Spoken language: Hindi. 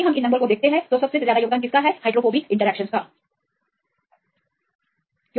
फिर हमने इन नंबरों पर गौर किया कि क्या ये संख्या समझ में आती है इसलिए क्योंकि हाइड्रोफोबिक इंटरैक्शन प्रमुख है